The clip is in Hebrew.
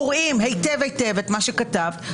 קוראים היטב-היטב את מה שכתבת,